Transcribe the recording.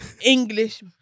English